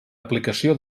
aplicació